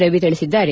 ರವಿ ತಿಳಿಸಿದ್ದಾರೆ